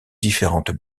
différentes